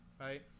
right